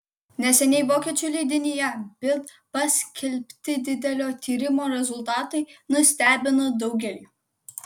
neseniai vokiečių leidinyje bild paskelbti didelio tyrimo rezultatai nustebino daugelį